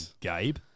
Gabe